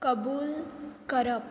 कबूल करप